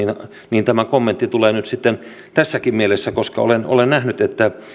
tämä kommentti tulee nyt sitten tässäkin mielessä koska olen olen nähnyt